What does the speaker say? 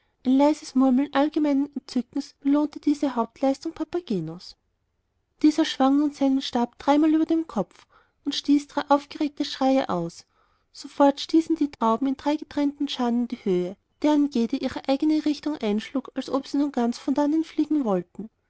ein leises murmeln allgemeinen entzückens belohnte diese hauptleistung papagenos dieser schwang nun seinen stab dreimal über dem kopf und stieß drei aufgeregte schreie aus sofort stiegen die tauben in drei getrennten scharen in die höhe deren jede ihre eigene richtung einschlug als ob sie nun ganz von dannen fliegen wollten